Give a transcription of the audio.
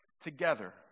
together